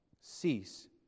cease